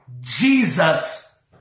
Jesus